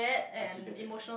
I actually get it